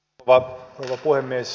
arvoisa rouva puhemies